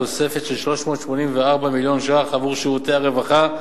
תוספת של 384 מיליון ש"ח עבור שירותי הרווחה.